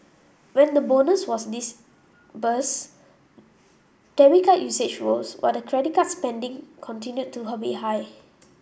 when the bonus was disbursed debit card usage rose while the credit card spending continued to her be high